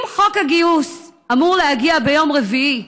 אם חוק הגיוס אמור להגיע ביום רביעי,